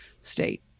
state